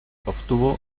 obtuvo